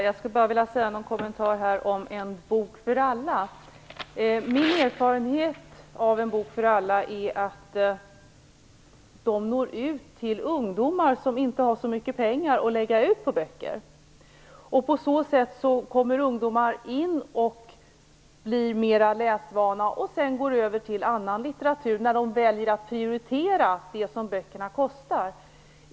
Herr talman! Jag vill bara göra en kommentar till En Bok För Alla. Min erfarenhet av En Bok För Alla är att dess böcker når ut till ungdomar som inte har så mycket pengar att lägga ut på böcker. På det sättet får ungdomar mera av läsvana och kan välja också annan litteratur när de sedan gör sina prioriteringar.